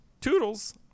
Toodles